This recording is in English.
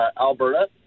Alberta